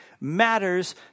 matters